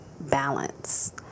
balance